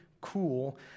cool